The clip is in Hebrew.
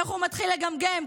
איך הוא מתחיל לגמגם,